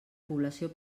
població